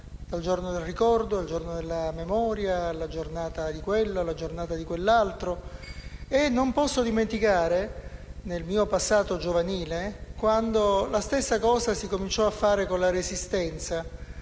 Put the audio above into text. dal giorno del ricordo al giorno della memoria, alla giornata di quello e alla giornata di quell'altro. Non posso dimenticare, nel mio passato giovanile, quando la stessa cosa si cominciò a fare con la Resistenza: